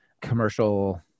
commercial